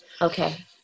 Okay